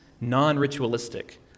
non-ritualistic